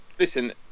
listen